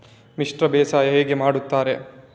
ಮಿಶ್ರ ಬೇಸಾಯ ಹೇಗೆ ಮಾಡುತ್ತಾರೆ?